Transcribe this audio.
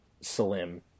Salim